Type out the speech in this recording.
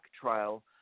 trial